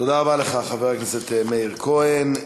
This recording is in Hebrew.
תודה רבה לך, חבר הכנסת מאיר כהן.